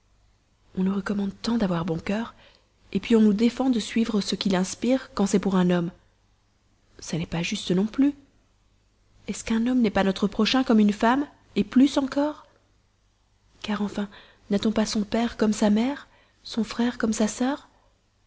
on nous recommande tant d'avoir bon cœur puis on nous défend de suivre ce qu'il nous inspire quand c'est pour un homme dame ça n'est pas juste non plus est-ce qu'un homme n'est pas notre prochain comme une femme plus encore car enfin n'a-t-on pas son père comme sa mère son frère comme sa sœur